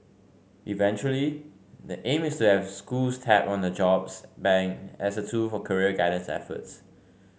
eventually the aim is to have schools tap on the jobs bank as a tool for career guidance efforts